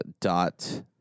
dot